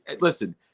listen